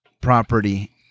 property